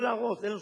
לא להרוס.